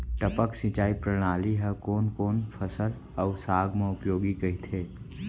टपक सिंचाई प्रणाली ह कोन कोन फसल अऊ साग म उपयोगी कहिथे?